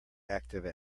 active